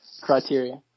criteria